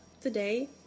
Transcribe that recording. Today